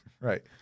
Right